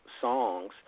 songs